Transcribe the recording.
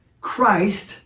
Christ